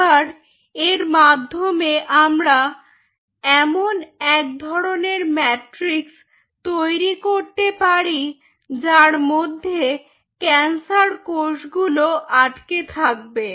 আবার এর মাধ্যমে আমরা এমন এক ধরনের ম্যাট্রিক্স তৈরি করতে পারি যার মধ্যে ক্যান্সার কোষ গুলো আটকে থাকবে